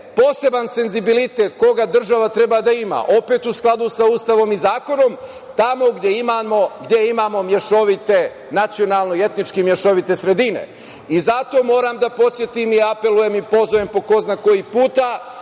poseban senzibilitet koga država treba da ima, opet u skladu sa Ustavom i zakonom tamo gde imamo nacionalno i etnički mešovite sredine. Zato, moram da podsetim, apelujem i pozovem, po ko zna koji put